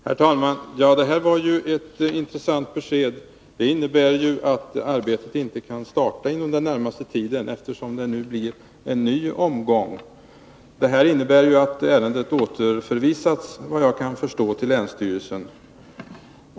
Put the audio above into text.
Herr talman! Det här var ju ett intressant besked. Det innebär att arbetet inte kan startas inom den närmaste tiden, eftersom det nu blir en ny omgång. Såvitt jag kan förstå återförvisas ärendet till länsstyrelsen.